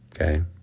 Okay